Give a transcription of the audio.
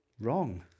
Wrong